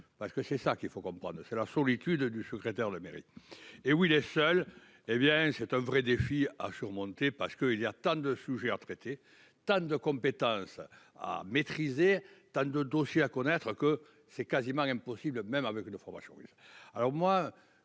parce que c'est ça qu'il faut qu'on, c'est la solitude du secrétaire de mairie. Et oui les seuls, hé bien c'est un vrai défi à surmonter parce que il y a tant de sujets traiter Tan de compétence à maîtriser tant de dossiers à connaître que c'est quasiment impossible même avec le fromage.